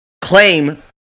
claim